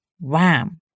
Wham